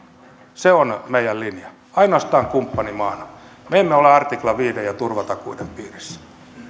se on meidän linjamme ainoastaan kumppanimaana me emme ole artikla viiden ja turvatakuiden piirissä